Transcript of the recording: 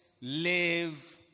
live